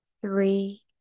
three